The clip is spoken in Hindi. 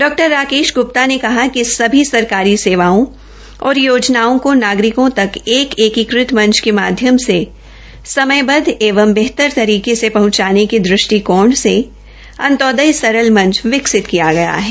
डॉ राकेश ग्प्ता ने कहा कि सभी सरकारी सेवाओं और योजनाओं को नागरिकों तक एक एकीकृत मंच के माध्यम से समयबद्ध एवं बेहतर तरीके से ाहूंचाने के दृष्टिकोण से अंत्योदय सरल मंच विकसित किया गया है